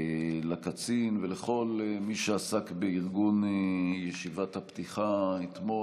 לקצין ולכל מי שעסק בארגון ישיבת הפתיחה אתמול.